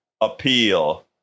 appeal